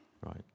Right